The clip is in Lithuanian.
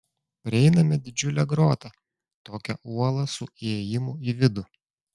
prieiname didžiulę grotą tokią uolą su įėjimu į vidų